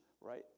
right